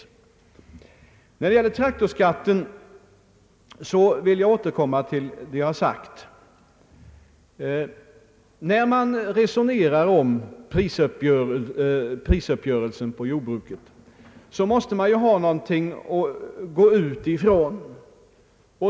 Beträffande traktorskatten vill jag återkomma till vad jag sagt tidigare. När man resonerar om prisuppgörelsen på jordbrukets område måste man ha något underlag att utgå ifrån.